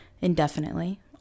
indefinitely